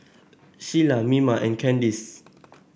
Shiela Mima and Kandice